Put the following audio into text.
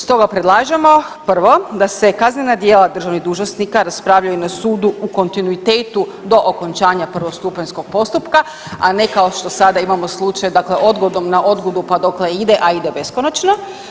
Stoga predlažemo prvo da se kaznena djela državnih dužnosnika raspravljaju na sudu u kontinuitetu do okončanja prvostupanjskog postupka, a ne kao što sada imamo slučaj dakle odgodom na odgodu pa dokle ide, a ide beskonačno.